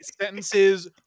sentences